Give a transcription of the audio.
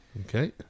Okay